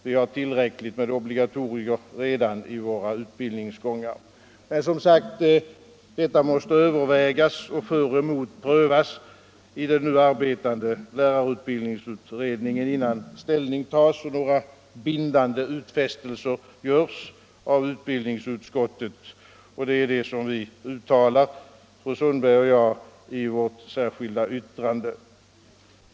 Vi har redan tillräckligt med obligatorier i våra utbildningsgångar. Detta måste som sagt övervägas och för och emot prövas i den nu arbetande lärarutbildningsutredningen, innan ställning tas och några bindande utfästelser görs av utbildningsutskot'et. Det är det som fru Sund berg och jag uttalar i vårt särskilda yttrande.